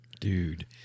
Dude